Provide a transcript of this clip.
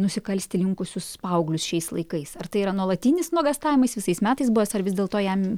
nusikalsti linkusius paauglius šiais laikais ar tai yra nuolatinis nuogąstavimais visais metais buvęs ar vis dėlto jam